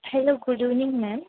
hello good evening ma'am